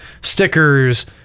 stickers